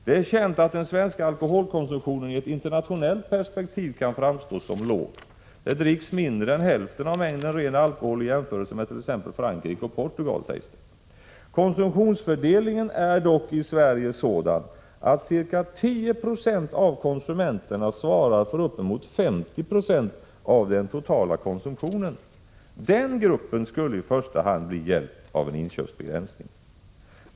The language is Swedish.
Det är känt att den svenska alkoholkonsumtionen i ett internationellt perspektiv kan framstå som låg. Det dricks mindre än hälften av mängden ren alkohol i jämförelse med t.ex. konsumtionen i Frankrike och Portugal. Konsumtionsfördelningen är dock i Sverige sådan, att ca 10 26 av konsumenterna svarar för uppemot 50 96 av den totala konsumtionen. Den gruppen skulle i första hand bli hjälpt av en inköpsbegränsning.